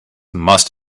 must